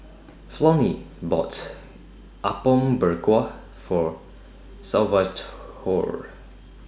Flonnie bought Apom Berkuah For Salvatore